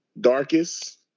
darkest